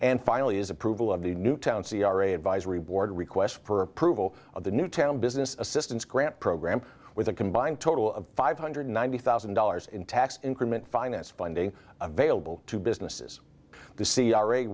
and finally is approval of the newtown c r a advisory board request for approval of the newtown business assistance grant program with a combined total of five hundred ninety thousand dollars in tax increment finance funding available to businesses the c r a